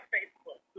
Facebook